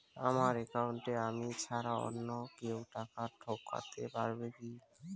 আমার একাউন্টে আমি ছাড়া অন্য কেউ টাকা ঢোকাতে পারবে কি?